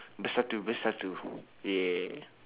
bersatu bersatu yeah